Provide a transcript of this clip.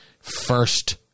first